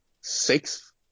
six